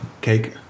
cake